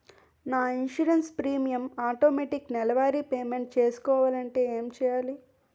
నా insurance premium automatic నెలవారి payment చేసుకోవాలంటే ఏంటి చేయాలి?